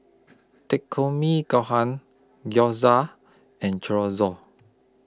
Takikomi Gohan Gyoza and Chorizo